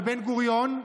בבן-גוריון,